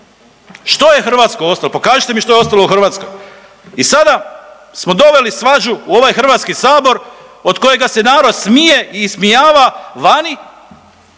Što je Hrvatskoj ostalo? Pokažite mi što je ostalo u Hrvatskoj. I sada smo doveli svađu u ovaj Hrvatski sabor od kojega se narod smije i ismijava vani,